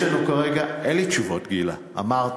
יש לנו כרגע, אין לי תשובות, גילה, אמרתי.